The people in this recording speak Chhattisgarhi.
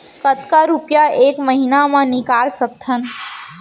कतका रुपिया एक महीना म निकाल सकथव?